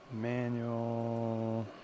Manual